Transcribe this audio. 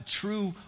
true